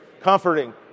comforting